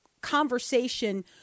conversation